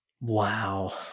Wow